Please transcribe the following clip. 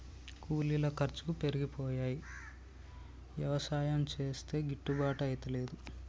కూలీల ఖర్చు పెరిగిపోయి యవసాయం చేస్తే గిట్టుబాటు అయితలేదు